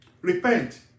repent